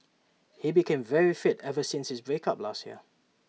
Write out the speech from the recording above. he became very fit ever since his break up last year